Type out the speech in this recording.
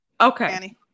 okay